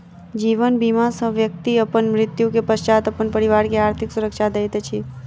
जीवन बीमा सॅ व्यक्ति अपन मृत्यु के पश्चात अपन परिवार के आर्थिक सुरक्षा दैत अछि